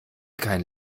kein